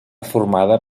formada